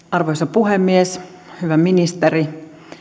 arvoisa puhemies hyvä ministeri